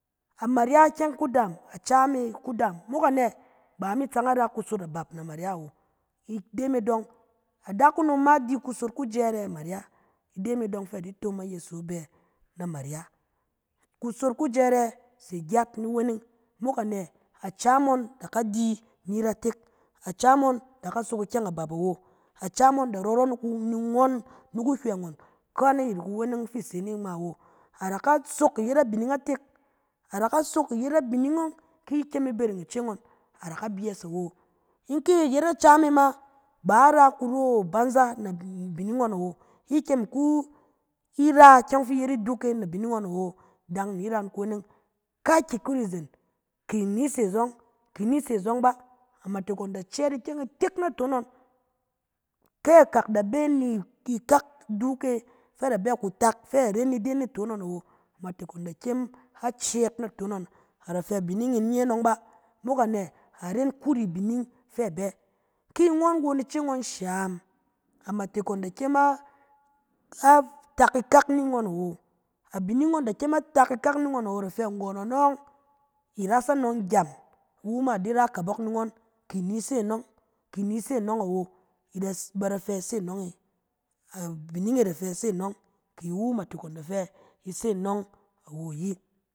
Amarya ikyɛng ku daam, acam e kudaam, mok anɛ? Ba a mi tsan a ra kusot abap na marya wo. Ide me dɔng, adakunom ma di kusot kujɛrɛ amarya, ide me dɔng, a di tom ayeso di bɛ na marya. Kusot kujɛrɛ se gyat ni weneng, mok anɛ? Acam ɔng da ka di ni ratek, acam ɔng da ka sok ikyɛng abap awo, acam ɔng da rɔrɔ ni-ni. ngɔn. ni kuhywɛ ngɔn ka ni yɛt kuweneng fi se ne ngma awo, a da ka sok i yet abining atek, a da ka sok abining ɔng ki i bɛrɛ ice ngɔn, a da ka byɛs awo. In ki i yet acam e ma, ba i ra kuro a banza ne abi-ning ngɔn awo, i kyem i ku i ra ikyɛng fi i yet iduk e na bining ngɔn awo, dan ni ra kuweneng. Kakyɛ kuri zen, ki ni se zɔng, ki ni se azɔng bà, amatek ngɔn da cɛɛt ikyɛng itek naton ngɔn. Kɛ akak da bɛ ni- ni kak iduk e fɛ a da bɛ ku tak fɛ a ren ide naton ngɔn awo, amatek ngɔn da kyem a cɛɛt naton ngɔn, a da fɛ abining in nye ngɔn bà, mok anɛ? A ren kuri abining fɛ a bɛ. Ki ngɔn won ice ngɔn sham, amatek ngɔn da kyem a-a-tak ikak ni ngɔn awo. Abining ngɔn da kyem a tak ikak ni ngɔn awo, a da fɛ nggɔn ngɔn ɔng, i ras anɔng gyem, wu ma a di ra kabɔk ni ngɔn, ki ni se nɔng, ki ni se anɔng awo, i da- ba da fɛ i se nɔng e. Abining e da fɛ i se nɔng, kɛ iwu matek e da fɛ i se nɔng awo ayi.